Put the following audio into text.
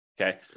Okay